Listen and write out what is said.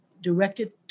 directed